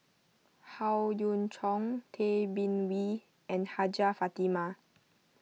Howe Yoon Chong Tay Bin Wee and Hajjah Fatimah